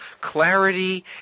clarity